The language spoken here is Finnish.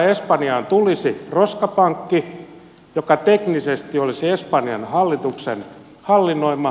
espanjaan tulisi roskapankki joka teknisesti olisi espanjan hallituksen hallinnoima